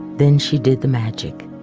then she did the magic,